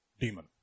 demon